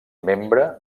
membre